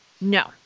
no